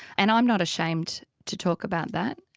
and i'm not ashamed to talk about that.